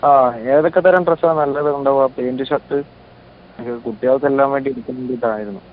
ആ ഏതൊക്കെത്തരം ഡ്രെസ്സാണ് നല്ലത് ഉണ്ടാവുക പാൻറ് ഷർട്ട് കുട്ടികൾക്കെല്ലാം വേണ്ടി എടുക്കാൻ വേണ്ടീട്ടായിരുന്നു